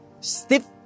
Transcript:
stiff